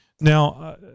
Now